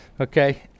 okay